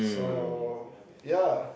so ya